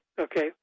Okay